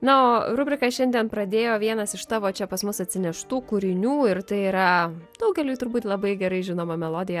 na o rubriką šiandien pradėjo vienas iš tavo čia pas mus atsineštų kūrinių ir tai yra daugeliui turbūt labai gerai žinoma melodija